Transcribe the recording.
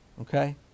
Okay